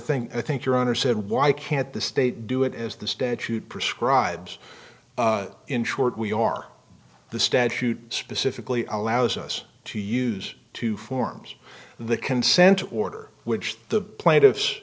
think i think your honor said why can't the state do it as the statute prescribes in short we are the statute specifically allows us to use two forms the consent order which the plaintiffs